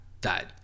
died